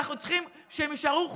ואנחנו צריכים שהם יישארו חיים,